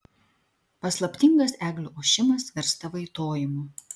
paslaptingas eglių ošimas virsta vaitojimu